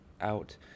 out